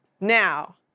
Now